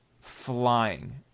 flying